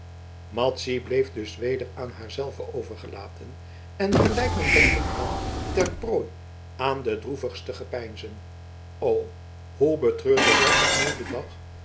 madzy bleef dus weder aan haar zelve overgelaten en gelijk men denken kan ter prooi aan de droevigste gepeinzen o hoe betreurde zij opnieuw den dag